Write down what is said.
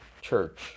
church